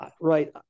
right